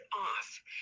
off